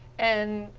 and